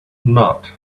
not